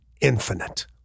infinite